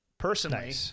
Personally